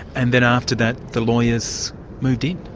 and then after that, the lawyers moved in?